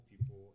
people